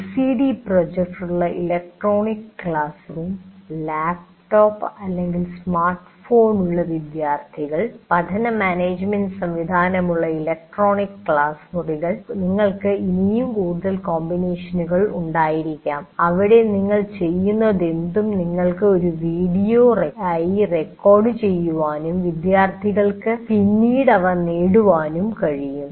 LCD പ്രൊജക്ടറുള്ള electronic classroom laptop smart ഫോണുകളുള്ള വിദ്യാർത്ഥികൾ പഠന മാനേജ്മെന്റ് സംവിധാനമുള്ള ഇലക്ട്രോണിക് ക്ലാസ് മുറികൾ അല്ലെങ്കിൽ നിങ്ങൾക്ക് ഇനിയും കൂടുതൽ കോമ്പിനേഷനുകൾ ഉണ്ടായിരിക്കാം അവിടെ നിങ്ങൾ ചെയ്യുന്നതെന്തും നിങ്ങൾക്ക് ഒരു വീഡിയോയായി റെക്കോർഡുചെയ്യാനും വിദ്യാർത്ഥികൾക്ക് പിന്നീട് അവ നേടാനും കഴിയും